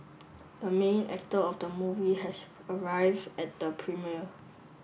the main actor of the movie has arrived at the premiere